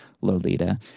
Lolita